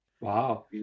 Wow